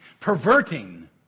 perverting